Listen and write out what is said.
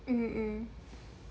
mm mm